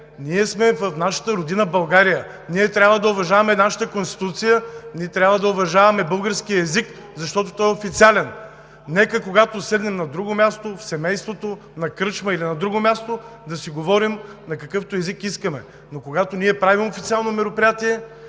ние сме в нашата родина България, ние трябва да уважаваме нашата Конституция, ние трябва да уважаваме българския език, защото той е официален. Нека когато седнем на друго място – в семейството, на кръчма, да си говорим на какъвто език искаме, но когато правим официално мероприятие,